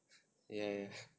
ya ya